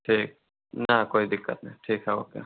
ठीक न कोई दिक्कत नहीं ठीक है ओके